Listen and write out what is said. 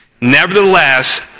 Nevertheless